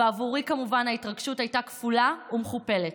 ועבורי, כמובן, ההתרגשות הייתה כפולה ומכופלת.